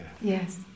Yes